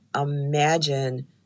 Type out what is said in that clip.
imagine